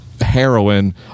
heroin